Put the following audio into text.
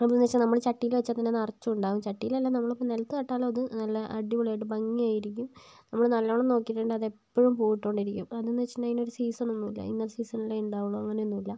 അത് എന്ന് വെച്ചാൽ നമ്മള് ചട്ടിയിൽ വെച്ചാല് നിറച്ച് ഉണ്ടാകും ചട്ടില് അല്ല അത് നിലത്ത് നട്ടാലും അത് നല്ല അടിപൊളി ആയിട്ട് ഭംഗിയായിട്ട് ഇരിക്കും നമ്മള് നല്ലോണം നോക്കിയിട്ട് ഉണ്ടങ്കിൽ അത് എപ്പോഴും പൂവിട്ട് കൊണ്ടിരിക്കും അതിന് എന്ന് വെച്ചിട്ടുണ്ടങ്കിൽ ഒരു സീസൺ ഒന്നുമില്ല അതിന് ഇന്ന സീസൺ അനുസരിച്ചേ ഉണ്ടാകുകയുള്ളു അങ്ങനെ ഒന്നുമില്ല